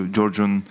Georgian